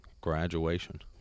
graduation